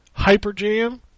Hyperjam